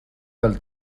del